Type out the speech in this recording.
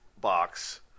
box